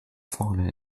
fallen